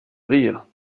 rire